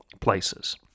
places